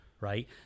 right